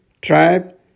tribe